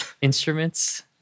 instruments